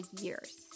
years